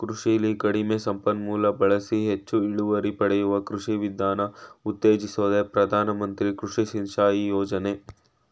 ಕೃಷಿಲಿ ಕಡಿಮೆ ಸಂಪನ್ಮೂಲ ಬಳಸಿ ಹೆಚ್ ಇಳುವರಿ ಪಡೆಯುವ ಕೃಷಿ ವಿಧಾನ ಉತ್ತೇಜಿಸೋದೆ ಪ್ರಧಾನ ಮಂತ್ರಿ ಕೃಷಿ ಸಿಂಚಾಯಿ ಯೋಜನೆ